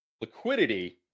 liquidity